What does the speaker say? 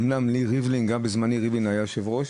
גם בזמני ריבלין היה יושב-ראש.